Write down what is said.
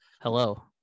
Hello